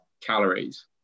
calories